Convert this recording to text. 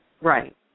Right